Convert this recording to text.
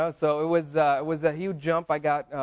so so it was was a huge jump, i got.